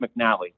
McNally